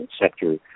sector